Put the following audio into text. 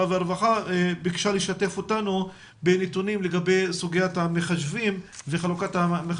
והרווחה ביקשה לשתף אותנו בנתונים לגבי המחשבים וחלוקתם.